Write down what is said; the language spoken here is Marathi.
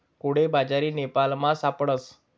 कोडो बाजरी नेपालमा सापडस